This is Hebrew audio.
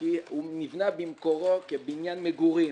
כי הוא נבנה במקורו כבניין מגורים.